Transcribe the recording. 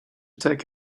take